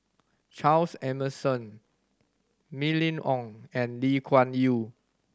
Charles Emmerson Mylene Ong and Lee Kuan Yew